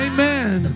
Amen